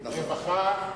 רווחה,